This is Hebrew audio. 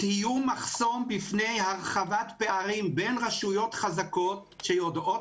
תהיו מחסום בפני הרחבת פערים בין רשויות חזקות שיודעות